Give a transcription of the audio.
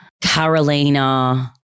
carolina